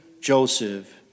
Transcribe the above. Joseph